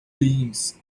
beams